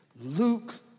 Luke